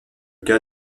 cas